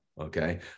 Okay